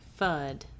Fudd